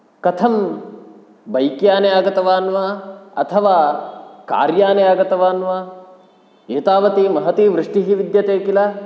कथं बैक्याने आगतवान् वा अथवा कार्याने आगतवान् वा एतावती महती वृष्टिः विद्यते किल